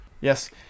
yes